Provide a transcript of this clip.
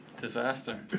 Disaster